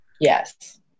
Yes